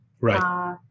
Right